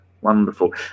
wonderful